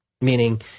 meaning